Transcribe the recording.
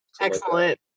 excellent